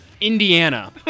Indiana